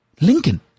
Lincoln